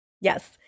Yes